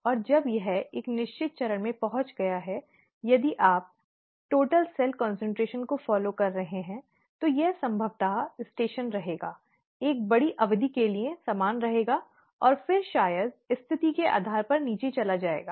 और जब यह एक निश्चित चरण में पहुंच गया है यदि आप कुल सेल कान्सन्ट्रेशन को फॉलो कर रहे हैं तो यह संभवतः स्टेशन रहेगा एक बड़ी अवधि के लिए समान रहेगा और फिर शायद स्थिति के आधार पर नीचे चला जाएगा